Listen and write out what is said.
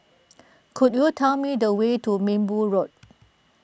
could you tell me the way to Minbu Road